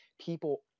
people